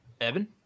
Evan